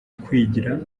kwigira